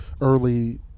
early